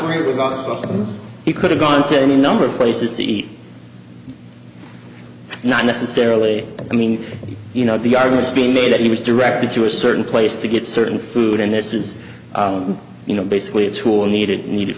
them he could have gone to any number of places to eat not necessarily i mean you know the arguments being made that he was directed to a certain place to get certain food and this is you know basically a tool needed needed